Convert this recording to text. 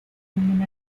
ningún